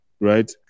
right